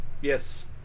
Yes